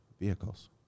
vehicles